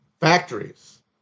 factories